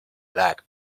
black